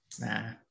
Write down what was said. Nah